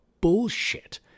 bullshit